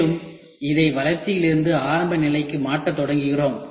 மேலும் இதை வளர்ச்சியிலிருந்து ஆரம்ப நிலைக்கு மாற்றத் தொடங்குகிறோம்